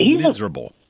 miserable